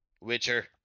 Witcher